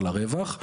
על הרווח.